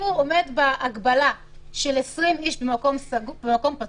אם הוא עומד בהגבלה של 20 אנשים במקום פתוח,